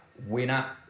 winner